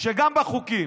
שגם בחוקים,